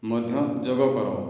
ମଧ୍ୟ ଯୋଗ କର